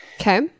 Okay